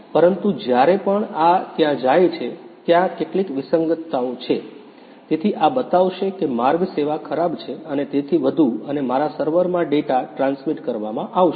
પરંતુ જ્યારે પણ આ ત્યાં જાય છે ત્યાં કેટલીક વિસંગતતાઓ છે તેથી આ બતાવશે કે માર્ગ સેવા ખરાબ છે અને તેથી વધુ અને મારા સર્વરમાં ડેટા ટ્રાન્સમિટ કરવામાં આવશે